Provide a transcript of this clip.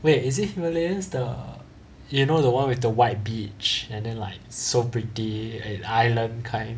wait is it himalayas the err you know the one with the white beach and then like so pretty an island kind